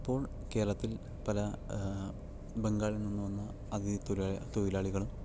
ഇപ്പോൾ കേരളത്തിൽ പല ബംഗാളിൽ നിന്ന് വന്ന അഥിതി തൊഴിലാളി തൊഴിലാളികളും